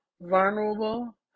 vulnerable